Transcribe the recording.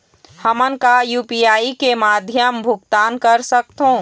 हमन का यू.पी.आई के माध्यम भुगतान कर सकथों?